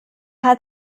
hat